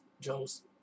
Jones